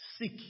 Seek